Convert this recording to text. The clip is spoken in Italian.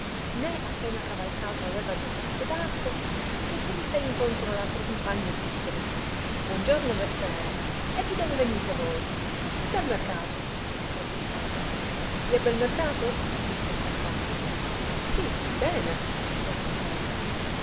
né appena cavalcato aveva due tratte d arco che se li fé incontro altro compagno e disseli buon giorno messere e di dove venete voi dal mercato rispose il prete vi è bel mercato disse il compagno sì bene rispose il prete